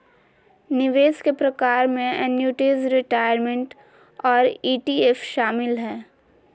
निवेश के प्रकार में एन्नुटीज, रिटायरमेंट और ई.टी.एफ शामिल हय